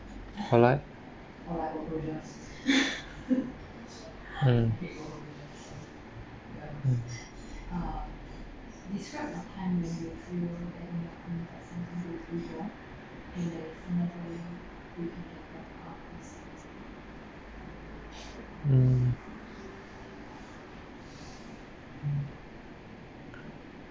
polite mm mm mm